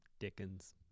dickens